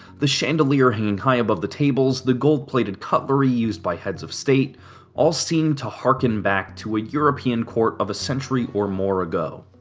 the chandelier hanging high above the tables, the gold plated cutlery used by heads of state all seemed to hark and back to a european court of a century or more ago.